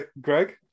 Greg